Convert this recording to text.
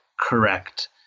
correct